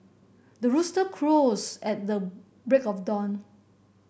the rooster crows at the break of dawn